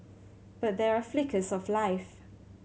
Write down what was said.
but there are flickers of life